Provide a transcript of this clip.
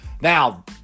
Now